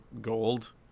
gold